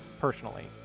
personally